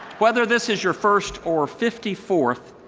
whether this is your first or fifty fourth,